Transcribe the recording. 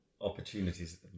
opportunities